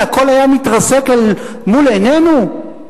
והכול היה מתרסק אל מול עינינו?